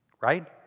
Right